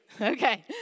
Okay